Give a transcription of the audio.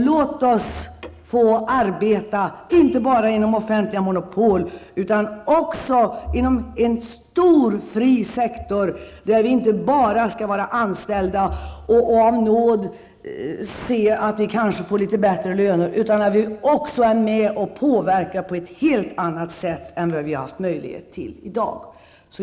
Låt oss få arbeta inte bara inom offentliga monopol utan också inom en stor, fri sektor, där vi inte bara skall vara anställda och av nåd kanske få litet bättre löner utan där vi också är med och påverkar på ett helt annat sätt än vad vi har möjlighet till i dag.